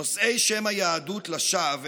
נושאי שם היהדות לשווא,